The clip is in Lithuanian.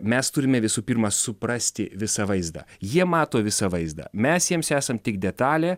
mes turime visų pirma suprasti visą vaizdą jie mato visą vaizdą mes jiems esam tik detalė